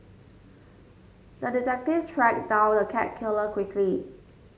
the detective tracked down the cat killer quickly